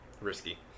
Risky